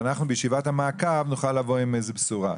ואנחנו בישיבת המעקב נוכל לבוא עם בשורה.